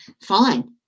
Fine